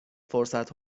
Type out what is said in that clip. فرصت